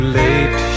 late